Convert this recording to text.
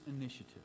initiative